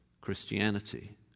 Christianity